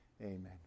Amen